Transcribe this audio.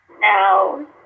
No